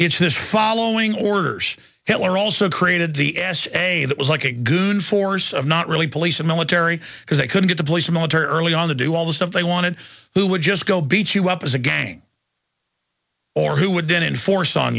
it's his following orders hitler also created the as a that was like a good force of not really police and military because they couldn't get the police or military early on the do all the stuff they wanted who would just go beat you up as a gang or who would then enforce on